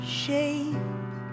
shape